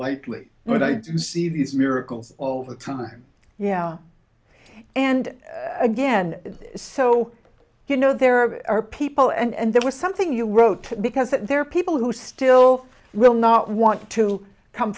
lightly but i do see these miracles all the time yeah and again so you know there are people and there was something you wrote because there are people who still will not want to come